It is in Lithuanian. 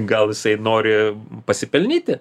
gal jisai nori pasipelnyti